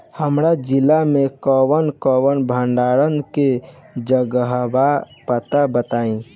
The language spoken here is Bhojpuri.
हमरा जिला मे कवन कवन भंडारन के जगहबा पता बताईं?